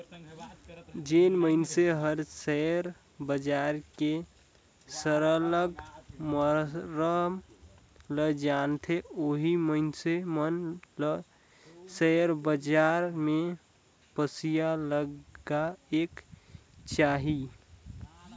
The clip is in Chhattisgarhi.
जेन मइनसे हर सेयर बजार के सरलग मरम ल जानथे ओही मइनसे मन ल सेयर बजार में पइसा लगाएक चाही